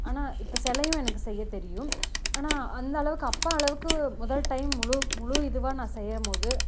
ஆனால் இப்போ சிலையும் எனக்கு செய்ய தெரியும் ஆனால் அந்த அளவுக்கு அப்பா அளவுக்கு முதல் டைம் முழு முழு இதுவாக நான் செய்யும் போது